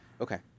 Okay